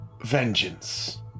vengeance